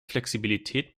flexibilität